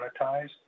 monetized